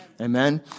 Amen